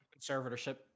conservatorship